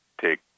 take